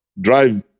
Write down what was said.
drive